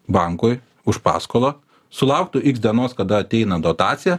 bankui už paskolą sulauktų x dienos kada ateina dotacija